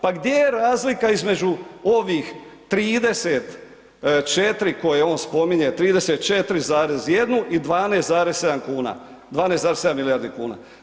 Pa gdje je razlika između ovih 34 koje on spominje, 34,1 i 12,7 kuna, 12,7 milijardi kuna.